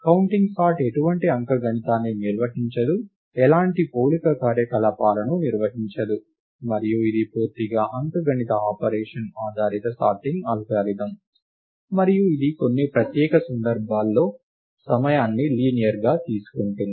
counting sort ఎటువంటి అంకగణితాన్ని నిర్వహించదు ఎలాంటి పోలిక కార్యకలాపాలను నిర్వహించదు మరియు ఇది పూర్తిగా అంకగణిత ఆపరేషన్ ఆధారిత సార్టింగ్ అల్గోరిథం మరియు ఇది కొన్ని ప్రత్యేక సందర్భాలలో సమయాన్ని లీనియర్ గా తీసుకుంటుంది